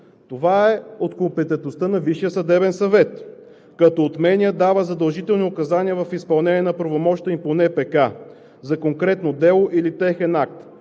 Това е от компетентността на Висшия съдебен съвет, като отменя, дава задължителни указания в изпълнение на правомощията им по НПК за конкретно дело или техен акт.